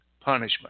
punishment